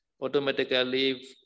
automatically